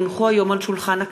כי הונחו היום על שולחן הכנסת,